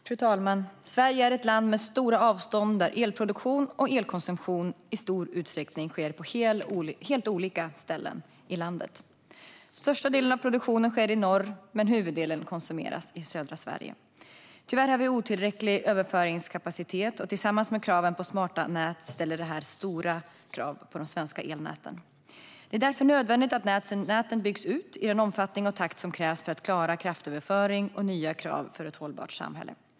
Fru talman! Sverige är ett land med stora avstånd och där elproduktion och elkonsumtion i stor utsträckning sker på helt olika ställen i landet. Största delen av elproduktionen sker i norr, men huvuddelen av elen konsumeras i södra Sverige. Tyvärr har vi otillräcklig överföringskapacitet. Tillsammans med kraven på smarta nät ställer detta stora krav på de svenska elnäten. Det är därför nödvändigt att näten byggs ut i den omfattning och takt som krävs för att klara kraftöverföring och nya krav för ett hållbart samhälle.